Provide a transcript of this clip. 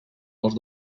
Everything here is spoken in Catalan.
als